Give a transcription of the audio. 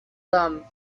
them